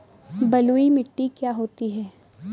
बलुइ मिट्टी क्या होती हैं?